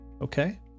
Okay